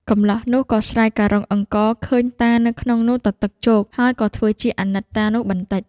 កម្លោះនោះក៏ស្រាយការុងអង្គរឃើញតានៅក្នុងនោះទទឹកជោក ហើយក៏ធ្វើជាអាណិតតានោះបន្តិច។